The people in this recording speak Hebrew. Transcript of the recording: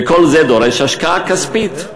כל זה דורש השקעה כספית.